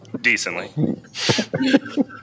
decently